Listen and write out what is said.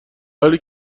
حالی